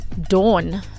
Dawn